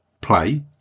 Play